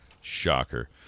Shocker